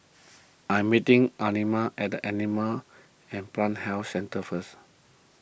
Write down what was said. I'm meeting Elmina at the Animal and Plant Health Centre first